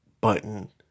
button